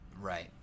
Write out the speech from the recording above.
Right